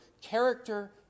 Character